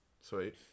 sweet